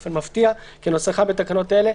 באופן מפתיע - כנוסחן בתקנות אלה,